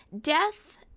death